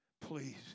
please